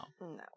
No